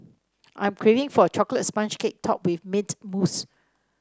I'm craving for a chocolate sponge cake topped with mint mousse